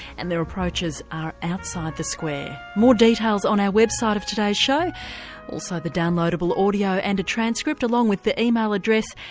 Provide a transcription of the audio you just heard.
and their approaches are outside the square. more details on our website of today's show and also the downloadable audio and a transcript along with the email address,